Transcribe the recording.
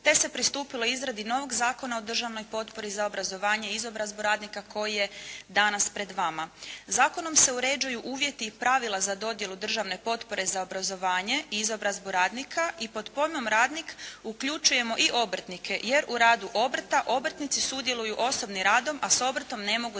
te se pristupilo izradi novog zakona o državnoj potpori za obrazovanje i izobrazbu radnika koji je danas pred vama. Zakonom se uređuju uvjeti i pravila za dodjelu državne potpore za obrazovanje i izobrazbu radnika i pod pojmom radnik uključujemo i obrtnike jer u radu obrta, obrtnici sudjeluju osobnim radom, a s obrtom ne mogu